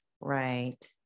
right